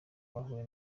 bahuye